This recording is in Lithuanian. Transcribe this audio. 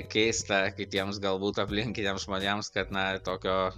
keista kitiems galbūt aplinkiniams žmonėms kad na tokio